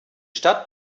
stadt